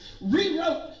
rewrote